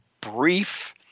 brief